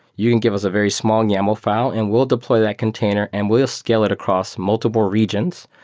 you can give us a very small yaml file and we'll deploy that container and we'll scale it across multiple regions.